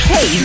Hey